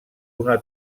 una